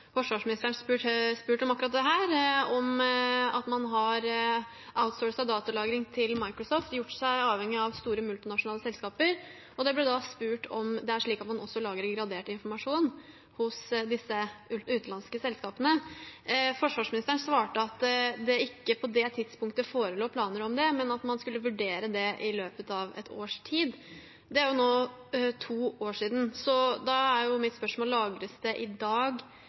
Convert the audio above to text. om akkurat dette, om at man har outsourcet datalagring til Microsoft og gjort seg avhengig av store multinasjonale selskaper. Det ble spurt om det er slik at man også lagrer gradert informasjon hos disse utenlandske selskapene. Forsvarsministeren svarte at det ikke på det tidspunktet forelå planer om det, men at man skulle vurdere det i løpet av et års tid. Det er nå to år siden. Da er mitt spørsmål: Lagres det i dag